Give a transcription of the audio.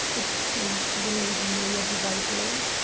exclaimed the lady moya devoutly.